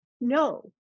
No